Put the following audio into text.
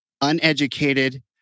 uneducated